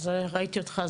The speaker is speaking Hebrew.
ראיתי אותך,